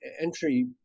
entry